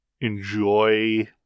enjoy